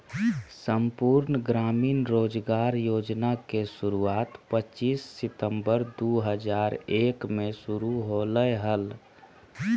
संपूर्ण ग्रामीण रोजगार योजना के शुरुआत पच्चीस सितंबर दु हज़ार एक मे शुरू होलय हल